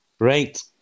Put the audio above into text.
Great